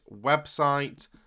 website